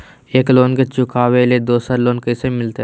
एक लोन के चुकाबे ले दोसर लोन कैसे मिलते?